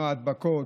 למנוע הדבקות.